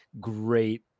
great